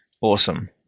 Awesome